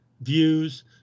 views